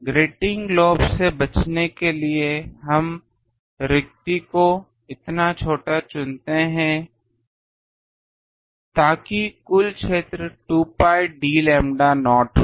grouting lobe से बचने के लिए हम रिक्ति को इतना छोटा चुनते हैं ताकि कुल क्षेत्र 2 pi d लैम्ब्डा नॉट हो